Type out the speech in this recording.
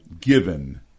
given